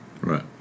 Right